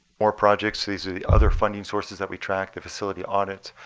more projects. these are the other funding sources that we track, the facility audit,